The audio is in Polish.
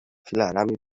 filarami